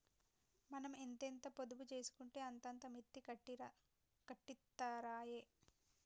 మనం ఎంతెంత పొదుపు జేసుకుంటే అంతంత మిత్తి కట్టిత్తరాయె